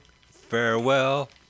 farewell